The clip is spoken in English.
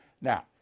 Now